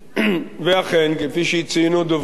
ואכן, כפי שציינו דוברים אחדים,